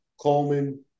Coleman